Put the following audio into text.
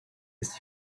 ist